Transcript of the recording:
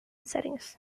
settings